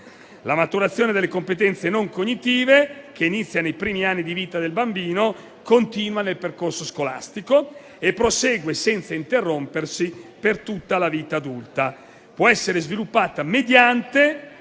La maturazione delle competenze non cognitive, che inizia nei primi anni di vita del bambino, continua nel percorso scolastico e prosegue senza interrompersi per tutta la vita adulta, può essere sviluppata mediante